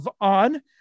on